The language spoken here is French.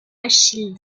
achille